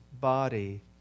body